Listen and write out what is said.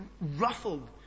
ruffled